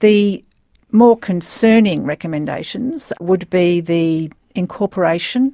the more concerning recommendations would be the incorporation